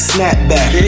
Snapback